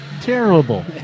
terrible